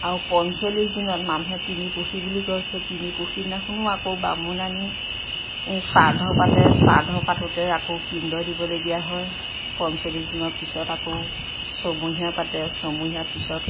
আৰু পঞ্চলিছ দিনত মানুহে তিনিপুৰুষী বুলি কয় সেই তিনিপুৰুষী দিনাখনো আকৌ বামুণ আনি শ্ৰাদ্ধ পাতে শ্ৰাদ্ধ পাতোঁতে আকৌ পিণ্ড দিবলগীয়া হয় পঞ্চলিছ দিনৰ পিছত আকৌ ছমহীয়া পাতে ছমহীয়াৰ পিছত